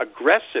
aggressive